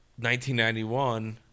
1991